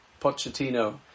Pochettino